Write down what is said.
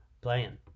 playing